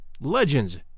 Legends